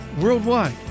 worldwide